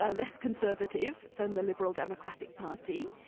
ah less conservative than the liberal democratic party.